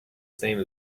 same